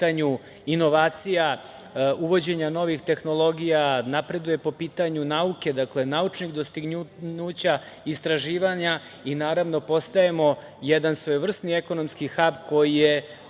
inovacija, uvođenja novih tehnologija, napreduje po pitanju nauke, naučnih dostignuća, istraživanja i naravno postajemo jedan svojevrsni ekonomski hab koji je